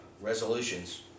resolutions